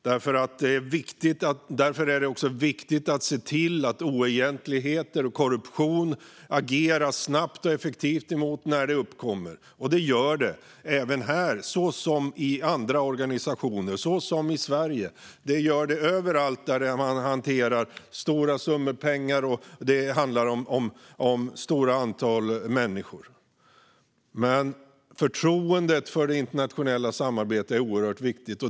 Därför är det viktigt att se till att det ageras snabbt och effektivt mot oegentligheter och korruption när sådant uppkommer, vilket det gör även här. Det uppkommer i andra organisationer, och det gör det också i Sverige. Det gör det överallt där man hanterar stora summor pengar och där det handlar om ett stort antal människor. Förtroendet för det internationella samarbetet är oerhört viktigt.